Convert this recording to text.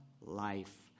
life